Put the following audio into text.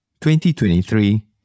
2023